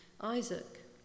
Isaac